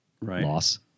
loss